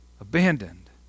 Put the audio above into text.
abandoned